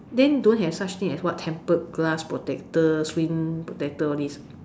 then don't have such thing as what tempered glass protector screen protector all these